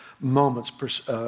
moments